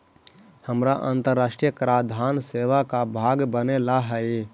हमारा अन्तराष्ट्रिय कराधान सेवा का भाग बने ला हई